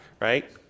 Right